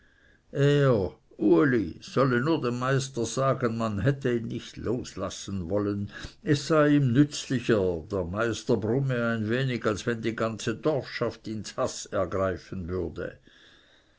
uli solle nur dem meister sagen man hätte ihn nicht loslassen wollen es sei ihm nützlicher der meister brumme ein wenig als wenn die ganze dorfschaft ihn zhaß ergreifen würde